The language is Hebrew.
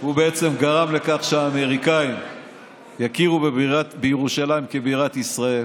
הוא בעצם גרם לכך שהאמריקאים יכירו בירושלים כבירת ישראל,